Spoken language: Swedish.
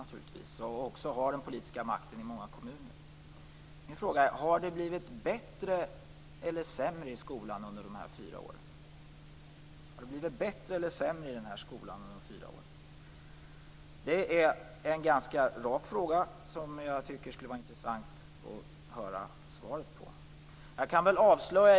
Ni har den politiska makten även i många kommuner. Min fråga är: Har det blivit bättre eller sämre i skolan under de här fyra åren? Det är en rak fråga, som jag tycker att det skulle vara intressant att höra svaret på.